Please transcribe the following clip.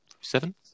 Seven